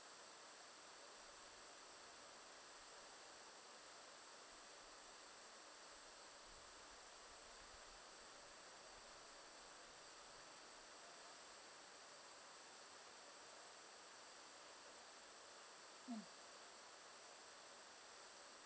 hmm